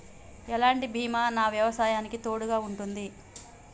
ఎలాంటి బీమా నా వ్యవసాయానికి తోడుగా ఉంటుంది?